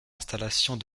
installations